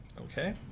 Okay